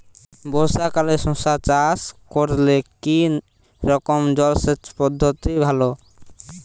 বর্ষাকালে শশা চাষ করলে কি রকম জলসেচ পদ্ধতি ভালো?